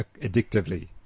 addictively